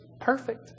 perfect